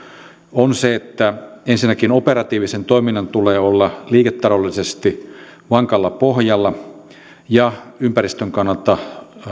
on se että ensinnäkin operatiivisen toiminnan tulee olla liiketaloudellisesti vankalla pohjalla ja ympäristön kannalta